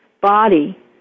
body